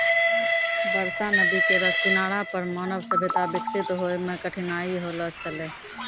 बरसा नदी केरो किनारा पर मानव सभ्यता बिकसित होय म कठिनाई होलो छलै